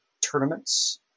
tournaments